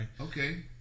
Okay